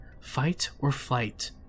fight-or-flight